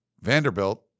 Vanderbilt